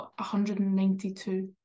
192